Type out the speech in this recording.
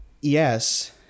yes